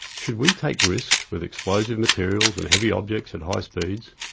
should we take risks with explosive materials, and heavy objects at high speeds?